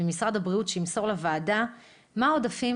ממשרד הבריאות שימסור לוועדה מה העודפים